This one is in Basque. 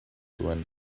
duen